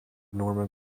norman